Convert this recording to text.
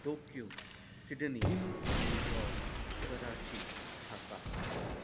Tokyo Sydney New York Karachi Dhaka